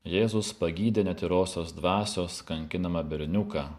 jėzus pagydė netyrosios dvasios kankinamą berniuką